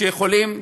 שיכולים,